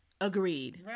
Agreed